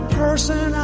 person